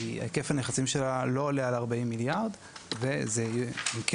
היקף הנכסים שלה לא עולה על 40 מיליארד וזה כן